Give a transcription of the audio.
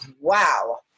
wow